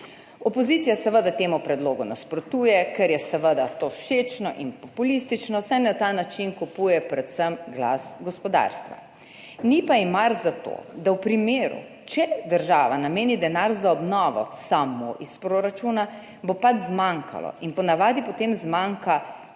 Opozicija seveda temu predlogu nasprotuje, ker je seveda to všečno in populistično, saj na ta način kupuje predvsem glas gospodarstva, ni pa ji mar za to, da v primeru, če država nameni denar za obnovo samo iz proračuna, bo pač zmanjkalo. In po navadi potem zmanjka